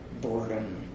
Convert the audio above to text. boredom